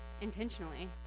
intentionally